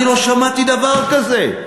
אני לא שמעתי דבר כזה.